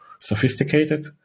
sophisticated